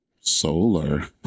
solar